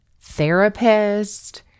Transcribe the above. therapist